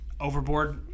Overboard